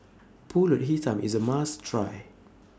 Pulut Hitam IS A must Try